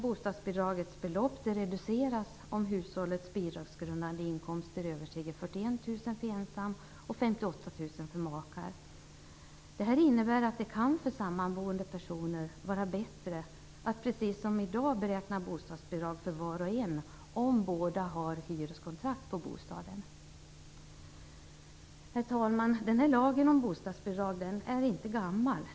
Bostadsbidraget reduceras om hushållets bidragsgrundande inkomster överstiger 41 000 för ensamstående och 58 000 för makar. Det här innebär att det för sammanboende personer kan vara bättre att precis som i dag beräkna bostadsbidrag för var och en om båda har hyreskontrakt på bostaden. Herr talman! Lagen om bostadsbidrag är inte gammal.